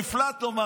נפלט לו,